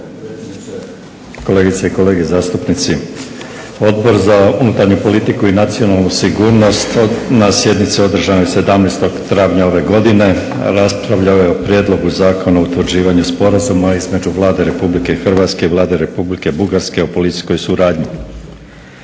kolegice i kolege zastupnici. Odbor za unutarnju politiku i nacionalnu sigurnost na sjednici održanoj 17. travnja ove godine raspravljao je o prijedlogu Zakona o utvrđivanju Sporazuma između Vlade Republike Hrvatske i Vlade Republike Bugarske o policijskoj suradnji.